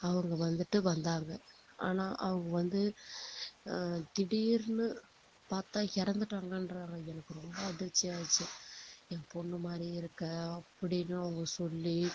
அவங்க வந்துட்டு வந்தாங்க ஆனால் அவங்க வந்து திடீர்னு பார்த்தா இறந்துட்டாங்கன்றாங்க எனக்கு ரொம்ப அதிர்ச்சியாகிடுச்சு என் பொண்ணு மாதிரி இருக்கே அப்படீன்னு அவங்க சொல்லி